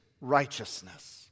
righteousness